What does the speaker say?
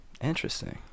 Interesting